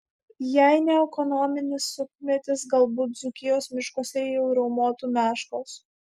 jei ne ekonominis sunkmetis galbūt dzūkijos miškuose jau riaumotų meškos